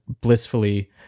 blissfully